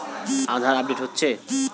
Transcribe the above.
আধার update হচ্ছে?